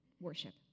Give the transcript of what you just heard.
worship